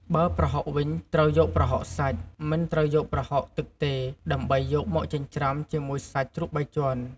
បើប្រហុកវិញត្រូវយកប្រហុកសាច់ មិនត្រូវយកប្រហុកទឹកទេ ដើម្បីយកមកចិញ្ច្រាំជាមួយសាច់ជ្រូកបីជាន់។